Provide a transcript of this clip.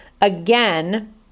Again